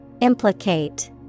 Implicate